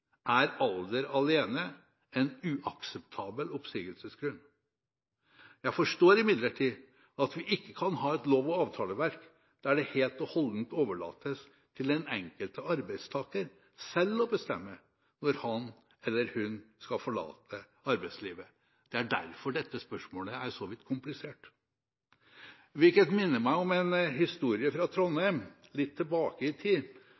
er alder alene en uakseptabel oppsigelsesgrunn. Jeg forstår imidlertid at vi ikke kan ha et lov- og avtaleverk der det helt og holdent overlates til den enkelte arbeidstaker selv å bestemme når han eller hun skal forlate arbeidslivet. Det er derfor dette spørsmålet er så vidt komplisert. Det minner meg om en historie fra Trondheim, litt tilbake i tid,